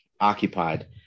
occupied